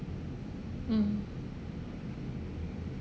mm